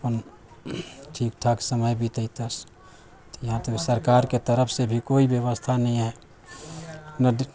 अपन ठीक ठाक समय बितैतस यहाँ तऽ सरकारके तरफसँ भी कोइ व्यवस्था नही है